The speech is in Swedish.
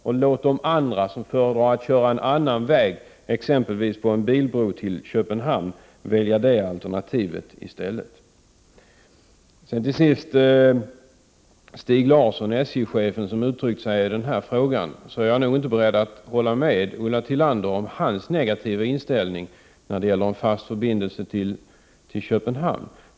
Men låt de andra, som föredrar att köra en annan väg, t.ex. på en bilbro till Köpenhamn, välja det alternativet i stället! Till sist: SJ-chefen Stig Larsson har uttalat sig i den här frågan, men jag är 30 november 1988 inte beredd att hålla med Ulla Tillander om att han skulle ha en negativ inställning när det gäller en fast förbindelse med Köpenhamn.